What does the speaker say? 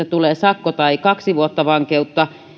tulee sakko tai kaksi vuotta vankeutta